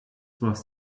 was